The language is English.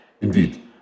Indeed